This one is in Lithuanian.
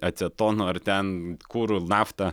acetonu ar ten kuru nafta